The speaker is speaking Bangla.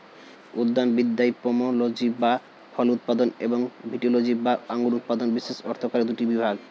উদ্যানবিদ্যায় পোমোলজি বা ফল উৎপাদন এবং ভিটিলজি বা আঙুর উৎপাদন বিশেষ অর্থকরী দুটি বিভাগ